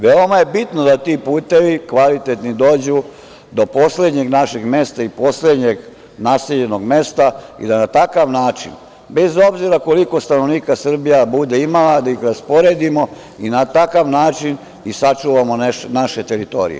Veoma je bitno da ti putevi kvalitetni dođu do poslednjeg našeg mesta i poslednjeg naseljenog mesta i da na takav način, bez obzira koliko stanovnika Srbija bude imala, da ih rasporedimo i na takav način sačuvamo naše teritorije.